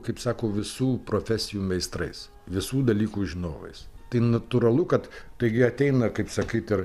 kaip sako visų profesijų meistrais visų dalykų žinovais tai natūralu kad taigi ateina kaip sakyt ir